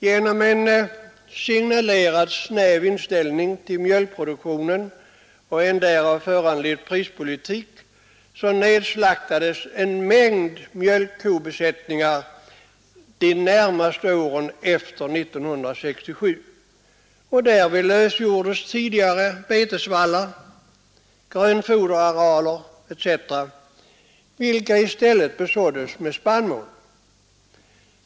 Genom en signalerad snäv inställning till mjölkproduktionen och en därav föranledd prispolitik nedslaktades en mängd mjölkkobesättningar de närmaste åren efter 1967, och därvid lösgjordes tidigare betesvallar, grönfoderarealer etc., vilka i stället besåddes med spannmål.